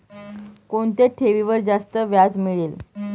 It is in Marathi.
कोणत्या ठेवीवर जास्त व्याज मिळेल?